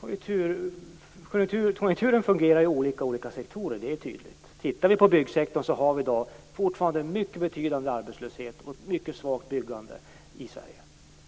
Fru talman! Konjunkturen fungerar olika i olika sektorer, det är tydligt. Inom byggsektorn har vi i dag fortfarande en mycket betydande arbetslöshet och ett mycket svagt byggande i Sverige.